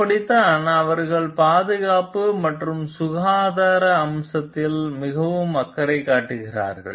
அப்படித்தான் அவர்கள் பாதுகாப்பு மற்றும் சுகாதார அம்சத்தில் மிகவும் அக்கறை காட்டுகிறார்கள்